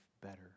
better